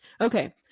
Okay